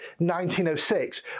1906